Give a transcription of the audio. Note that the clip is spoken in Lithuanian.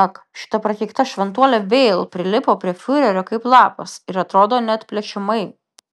ak šita prakeikta šventuolė vėl prilipo prie fiurerio kaip lapas ir atrodo neatplėšiamai